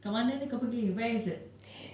kat mana ni kau pergi where is it